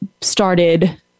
started